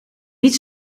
niet